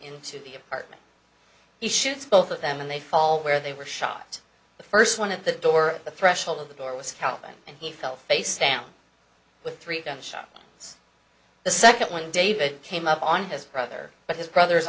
into the apartment he shoots both of them and they fall where they were shocked the first one of the door the threshold of the door was counted and he fell face down with three gunshots it's the second one david came up on his brother but his brother